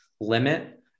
limit